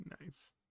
Nice